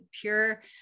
pure